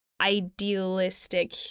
idealistic